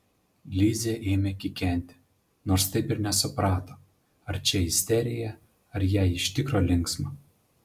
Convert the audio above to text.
lizė ėmė kikenti nors taip ir nesuprato ar čia isterija ar jai iš tikro linksma